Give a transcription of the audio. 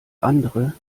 andere